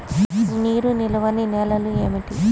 నీరు నిలువని నేలలు ఏమిటి?